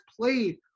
played